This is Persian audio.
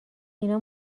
اینا